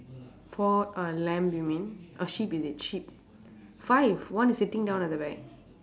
four uh lamb you mean or sheep is it sheep five one is sitting down at the back